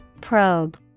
Probe